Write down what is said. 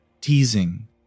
teasing